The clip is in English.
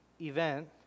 event